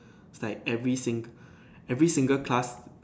is like every singer every single class